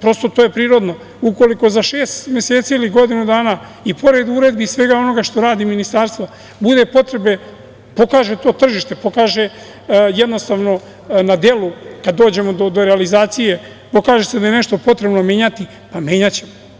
prosto, to je prirodno, ukoliko za šest meseci ili godinu dana, i pored uredbi i svega onoga što radi Ministarstvo, bude potrebe, pokaže tržište, pokaže jednostavno na delu, kad dođemo do realizacije, pokaže se da je nešto potrebno menjati, menjaćemo.